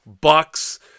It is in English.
Bucks